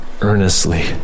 earnestly